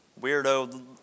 weirdo